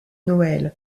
noël